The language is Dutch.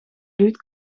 doet